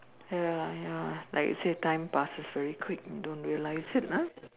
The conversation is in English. ya ya like you say time passes very quick and you don't realize it ah